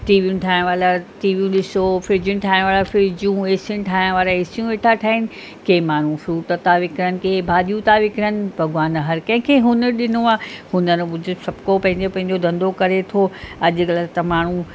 T वीयूं ठाहिणु अलॻि टी वी ॾिसो फ्रिजूंनि ठाहिण वारा फ्रिजूं ए सी ठाहिण वारा ए सीयूं वेठा ठाहिनि के माण्हूं फ्रुट था विकिणनि के भाॼियूं था विकिणनि भॻवान हर कंहिंखे हुनर ॾिनो आहे हुनर हुजे हर को पंहिंजो पंहिंजो धंधो करे थो अॼु कल्ह त माण्हूं